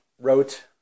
wrote